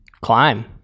climb